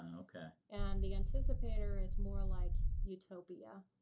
and the anticipator is more like utopia.